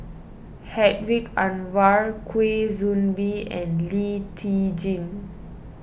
Hedwig Anuar Kwa Soon Bee and Lee Tjin